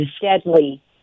deadly